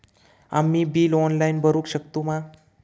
आम्ही bill online भरुक शकतू मा?